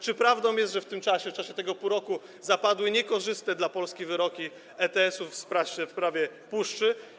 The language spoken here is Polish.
Czy prawdą jest, że w tym czasie, w czasie tego pół roku zapadły niekorzystne dla Polski wyroki ETS-u w sprawie puszczy?